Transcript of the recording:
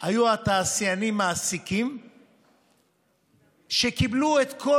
היו התעשיינים/מעסיקים שקיבלו את כל